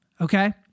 Okay